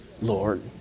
Lord